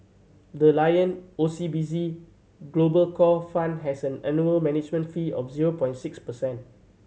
the Lion O C B C Global Core Fund has an annual management fee of zero point six percent